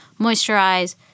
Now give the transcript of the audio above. moisturize